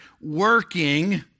working